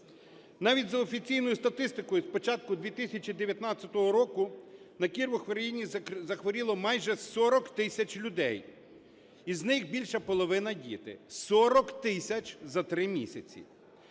Навіть за офіційною статистикою з початку 2019 року на кір в Україні захворіло майже 40 тисяч людей, із них більша половина – діти. 40 тисяч за три місяці!